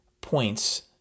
points